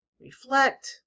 Reflect